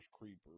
Creepers